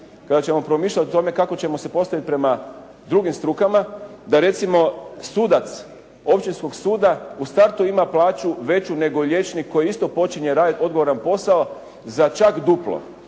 kada ćemo promišljati o tome kako ćemo se postaviti prema drugim drugim strukama da recimo sudac općinskog suda u startu ima plaću veću nego liječnik koji isto počinje raditi odgovoran posao za čak duplo.